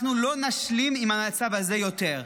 אנחנו לא נשלים עם המצב הזה יותר.